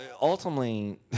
ultimately